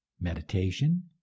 meditation